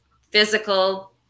physical